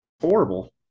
horrible